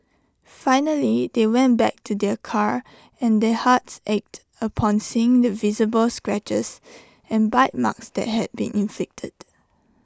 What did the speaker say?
finally they went back to their car and their hearts ached upon seeing the visible scratches and bite marks that had been inflicted